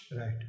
Right